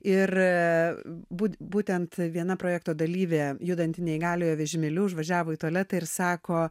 ir būtent viena projekto dalyvė judanti neįgaliojo vežimėliu užvažiavo į tualetą ir sako